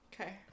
Okay